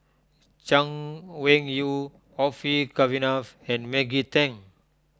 Chay Weng Yew Orfeur Cavenagh and Maggie Teng